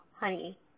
honey